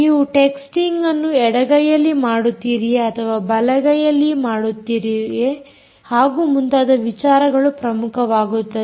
ನೀವು ಟೆಕ್ಸ್ಟಿಂಗ್ ಅನ್ನು ಎಡ ಗೈಯಲ್ಲಿ ಮಾಡುತ್ತೀರಿಯೇ ಅಥವಾ ಬಲ ಗೈಯಲ್ಲಿ ಮಾಡುತ್ತೀರಿಯೇ ಹಾಗೂ ಮುಂತಾದ ವಿಚಾರಗಳು ಪ್ರಮುಖವಾಗುತ್ತದೆ